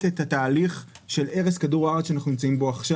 את התהליך של הרס כדור הארץ שאנחנו נמצאים בו עכשיו.